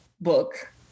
book